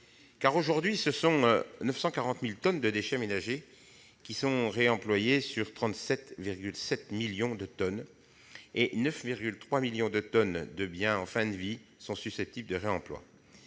Aujourd'hui, seules 940 000 tonnes de déchets ménagers sont réemployées sur 37,7 millions de tonnes, et 9,3 millions de tonnes de biens en fin de vie sont susceptibles de réemploi.